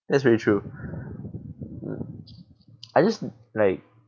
that's very true I just like